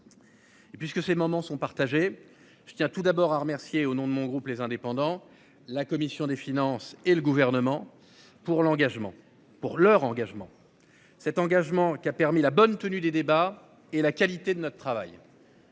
Et puisque ces moments sont partagés, je tiens tout d'abord à remercier au nom de mon groupe les indépendants. La commission des finances et le gouvernement pour l'engagement pour leur engagement. Cet engagement qui a permis la bonne tenue des débats et la qualité de notre travail.--